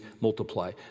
multiply